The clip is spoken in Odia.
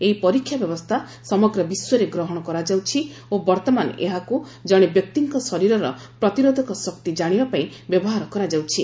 ଏହି ପରୀକ୍ଷା ବ୍ୟବସ୍ଥା ସମଗ୍ର ବିଶ୍ୱରେ ଗ୍ରହଣ କରାଯାଉଛି ଓ ବର୍ତ୍ତମାନ ଏହାକୁ ଜଣେ ବ୍ୟକ୍ତିଙ୍କ ଶରୀରର ପ୍ରତିରୋଧକ ଶକ୍ତି କାଶିବା ପାଇଁ ବ୍ୟବହାର କରାଯାଉଛି